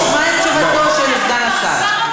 אנחנו נשמע את תשובתו של סגן השר.